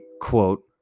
quote